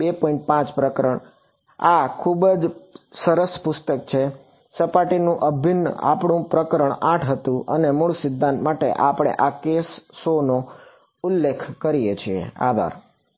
5 પ્રકરણઆ પુસ્તક ખૂબ સરસ પુસ્તક છે સપાટીનું અભિન્ન આપણું પ્રકરણ 8 હતું અને મૂળ સિદ્ધાંત માટે આપણે આ કેસોનો ઉલ્લેખ કરીએ છીએ